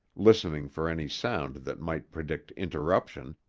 listening for any sound that might predict interruption,